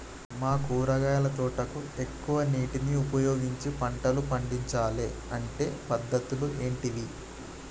మా కూరగాయల తోటకు తక్కువ నీటిని ఉపయోగించి పంటలు పండించాలే అంటే పద్ధతులు ఏంటివి?